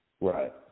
right